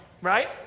right